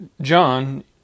John